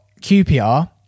QPR